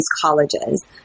colleges